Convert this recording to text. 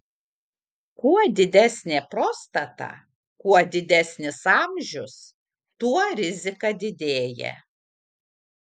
kuo didesnė prostata kuo didesnis amžius tuo rizika didėja